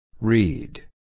Read